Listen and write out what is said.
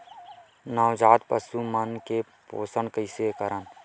नवजात पशु मन के पोषण कइसे करन?